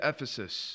Ephesus